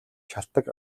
шалтаг